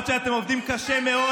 שהצילה את מדינת ישראל,